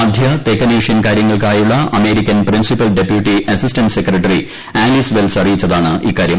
മധ്യ തെക്കനേഷ്യൻ കാര്യങ്ങൾക്കായുള്ള American principal deputy assistant secretary Alice Wells അറിയിച്ചതാണ് ഇക്കാര്യം